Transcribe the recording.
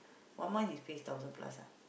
one month his pay thousand plus ah